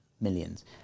millions